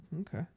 okay